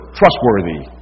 trustworthy